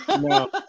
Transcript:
No